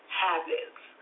habits